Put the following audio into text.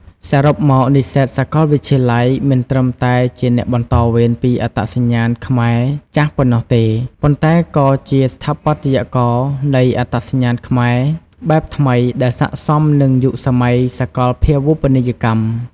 សរុបមក និស្សិតសាកលវិទ្យាល័យមិនត្រឹមតែជាអ្នកបន្តវេនពីអត្តសញ្ញាណខ្មែរចាស់ប៉ុណ្ណោះទេ ប៉ុន្តែក៏ជាស្ថាបត្យករនៃអត្តសញ្ញាណខ្មែរបែបថ្មីដែលស័ក្តិសមនឹងយុគសម័យសកលភាវូបនីយកម្ម។